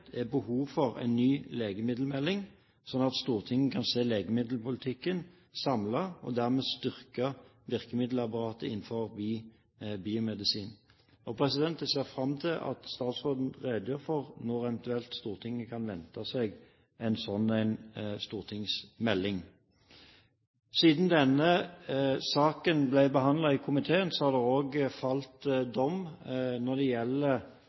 er behov for en ny legemiddelmelding, slik at Stortinget kan se legemiddelpolitikken samlet og dermed styrke virkemiddelapparatet innen biomedisin. Jeg ser fram til at statsråden redegjør for når Stortinget eventuelt kan vente seg en slik stortingsmelding. Siden denne saken ble behandlet i komiteen, har det også falt dom når det gjelder